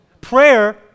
prayer